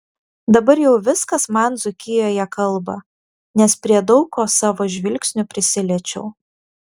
dabar jau viskas man dzūkijoje kalba nes prie daug ko savo žvilgsniu prisiliečiau